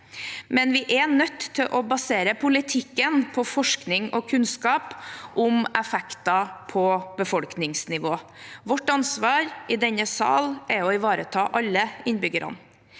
men vi er nødt til å basere politikken på forskning og kunnskap om effekter på befolkningsnivå. Vårt ansvar i denne sal er å ivareta alle innbyggerne.